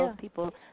people